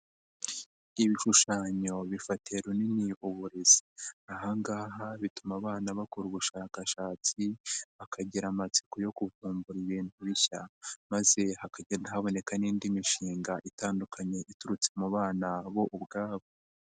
Ibishushanyo bifatiye runini uburezi, aha ngaha bituma abana bakora ubushakashatsi, bakagira amatsiko yo kuvumbura ibintu bishya maze hakagenda haboneka n'indi mishinga itandukanye iturutse mu bana bo ubwabo.